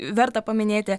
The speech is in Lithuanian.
verta paminėti